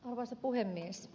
arvoisa puhemies